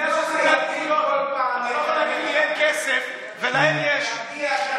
זה לא חייב להיות, אם יש כסף, ועדיין יש.